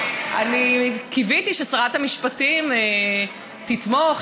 אני קיוויתי ששרת המשפטים תתמוך,